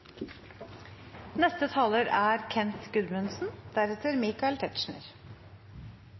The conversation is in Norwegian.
Neste taler er